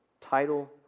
title